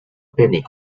penny